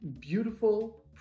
beautiful